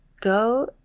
go